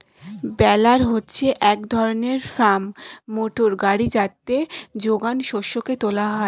বেলার হচ্ছে এক ধরনের ফার্ম মোটর গাড়ি যাতে যোগান শস্যকে তোলা হয়